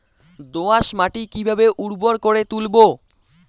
দোয়াস মাটি কিভাবে উর্বর করে তুলবো?